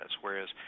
whereas